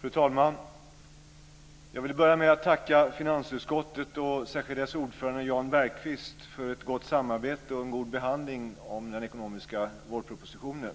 Fru talman! Jag vill börja med att tacka finansutskottet och särskilt dess ordförande Jan Bergqvist för ett gott samarbete och en god behandling av den ekonomiska vårpropositionen.